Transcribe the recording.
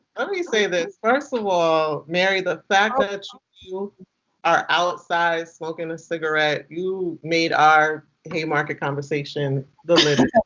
let me say this. first of all, mary, the fact that you are outside, smoking a cigarette you made our haymarket conversation delivered.